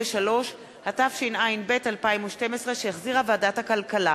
53), התשע"ב 2012, שהחזירה ועדת הכלכלה.